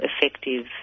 effective